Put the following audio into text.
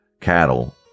cattle